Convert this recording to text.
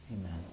Amen